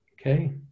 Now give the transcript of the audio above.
Okay